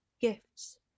Gifts